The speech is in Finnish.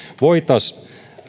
voitaisiin